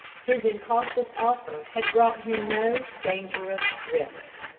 his incautious offer had brought him no dangerous risk.